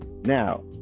Now